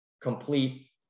complete